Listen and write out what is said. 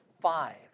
five